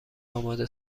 آماده